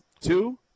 Two